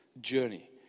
journey